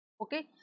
okay